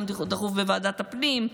גם דחוף בוועדת הפנים,